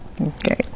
Okay